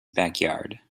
backyard